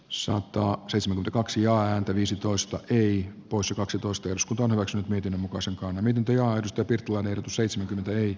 soitto oksensin kaksi ääntä viisitoista ii poissa kaksitoista jos vanhukset miten muka se on eniten teosten teklan seitsemänkymmentä ei